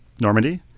Normandy